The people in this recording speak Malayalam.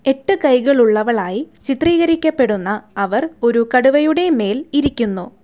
എട്ട് കൈകളുള്ളവളായി ചിത്രീകരിക്കപ്പെടുന്ന അവർ ഒരു കടുവയുടെ മേൽ ഇരിക്കുന്നു